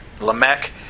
Lamech